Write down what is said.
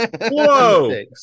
Whoa